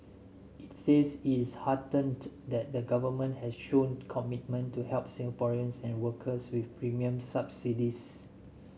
it says it is heartened that the Government has shown commitment to help Singaporeans and workers with premium subsidies